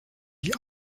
die